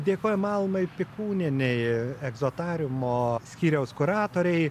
dėkojam almai pikūnienei egzotariumo skyriaus kuratorei